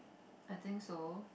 I think so